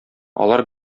алар